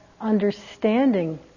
understanding